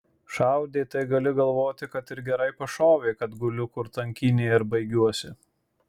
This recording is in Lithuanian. šaudė tai gali galvoti kad ir gerai pašovė kad guliu kur tankynėje ir baigiuosi